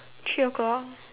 three o-clock